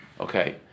Okay